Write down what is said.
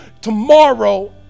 tomorrow